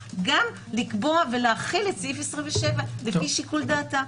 לקבוע ולהחיל את סעיף 27 לפי שיקול דעתה.